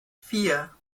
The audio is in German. vier